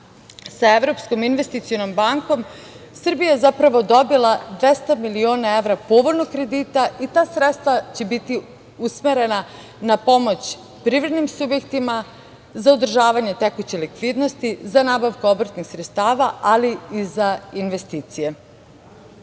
sa Evropskom investicionom bankom, Srbija je zapravo dobila 200 miliona evra povoljnog kredita, i ta sredstva će biti usmerena na pomoć privrednim subjektima za održavanje tekuće likvidnosti, za nabavku obrtnih sredstava, ali i za investicije. Upravo,